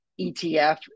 ETF